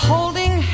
Holding